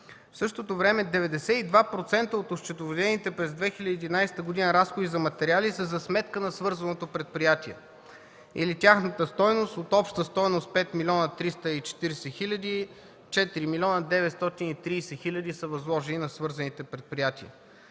В същото време 92% от осчетоводените през 2011 г. разходи за материали са за сметка на свързаното предприятие или тяхната стойност от обща стойност 5 млн. 340 хил., 4 млн. 930 хил. са възложени на свързаните предприятия.